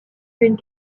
une